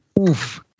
Oof